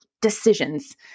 decisions